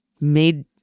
made